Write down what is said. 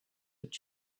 would